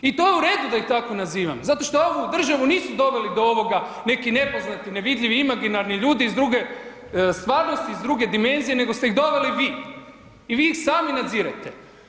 I to je u redu da ih tako nazivam zato što ovu državu nisu doveli do ovoga neki nepoznati nevidljivi, imaginarni ljudi iz druge stvarnosti, iz druge dimenzije, nego ste ih doveli vi i vi ih sami nadzirete.